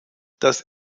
das